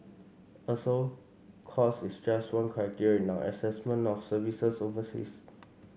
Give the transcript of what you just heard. also cost is just one criteria in our assessment of services overseas